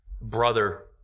brother